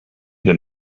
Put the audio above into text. den